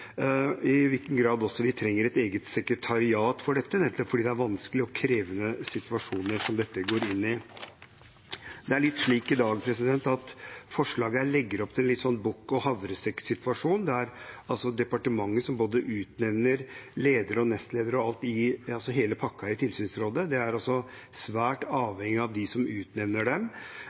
krevende situasjoner dette går inn i. Det er litt slik i dag at dette forslaget legger opp til en bukk-og-havresekk-situasjon, der det er departementet som utnevner både ledere og nestledere og hele pakka i tilsynsrådet. Det er da altså svært avhengig av hvem som utnevner dem.